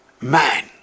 man